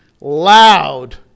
loud